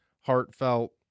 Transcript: heartfelt